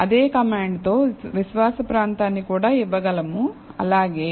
అదే కమాండ్ తో విశ్వాస ప్రాంతాన్ని కూడా ఇవ్వగలము అలాగే